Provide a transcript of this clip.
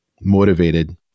motivated